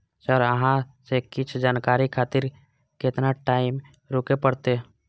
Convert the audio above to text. Sir अहाँ से कुछ जानकारी खातिर केतना टाईम रुके परतें?